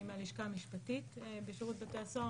אני מהלשכה המשפטית בשירות בתי הסוהר.